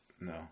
No